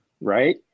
right